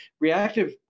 reactive